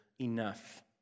enough